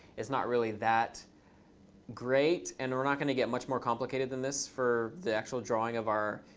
it's not really that great. and we're not going to get much more complicated than this for the actual drawing of our